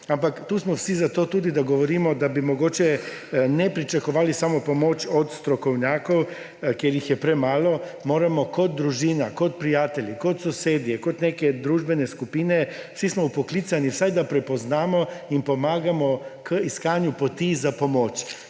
Ampak tu smo vsi tudi zato, da govorimo, da bi mogoče ne pričakovali samo pomoči od strokovnjakov, ker jih je premalo. Moramo kot družina, kot prijatelji, kot sosedje, kot neke družbene skupine, vsi smo poklicani, da vsaj prepoznamo in pomagamo k iskanju poti za pomoč.